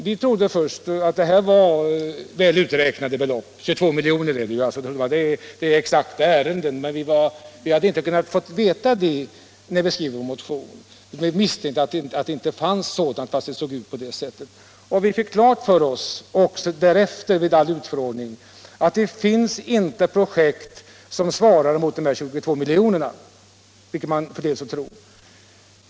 Vi trodde att 22 miljoner var ett väl uträknat belopp, men när vi skrev vår motion hade vi inte fått veta om detta motsvarade ärenden som förelåg till avgörande. Vid den utfrågning som sedan skedde fick vi klart för oss att det finns inte projekt som svarar mot de 22 miljonerna, vilket vi ju förletts att tro.